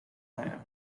china